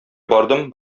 бардым